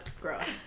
Gross